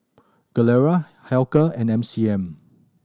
Gilera Hilker and M C M